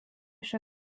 šio